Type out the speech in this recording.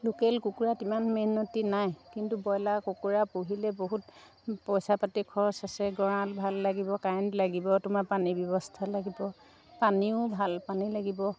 local কুকুৰাত ইমান মেহনতি নাই কিন্তু ব্ৰইলাৰ কুকুৰা পুহিলে বহুত পইচা পাতি খৰচ আছে গঁৰাল ভাল লাগিব কাৰেণ্ট লাগিব তোমাৰ পানীৰ ব্যৱস্থা লাগিব পানীও ভাল পানী লাগিব